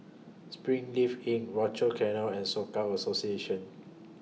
Springleaf in Rochor Canal and Soka Association